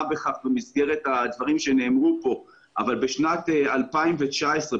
בכך במסגרת הדברים שנאמרו כאן אבל בשנת 2019,